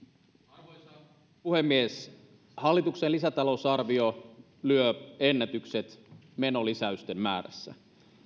arvoisa puhemies hallituksen lisätalousarvio lyö ennätykset menolisäysten määrässä